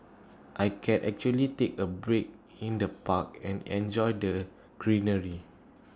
I can actually take A break in the park and enjoy the greenery